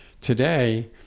today